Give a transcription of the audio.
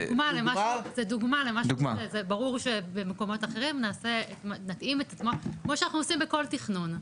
זו דוגמה למשהו שברור שבמקומות אחרים נתאים כמו שאנחנו עושים בכל תכנון.